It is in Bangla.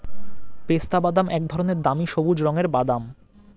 পেস্তাবাদাম এক ধরনের দামি সবুজ রঙের বাদাম